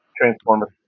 Transformers